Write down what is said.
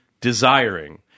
desiring